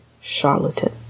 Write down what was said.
charlatan